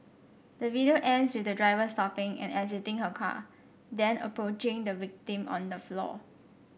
the video ends with the driver stopping and exiting her car then approaching the victim on the floor